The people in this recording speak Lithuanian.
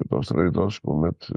tos raidos kuomet